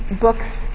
books